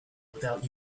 without